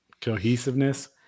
cohesiveness